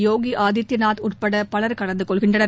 யோகி ஆதித்யநாத் உட்பட பவர் கலந்து கொள்கின்றனர்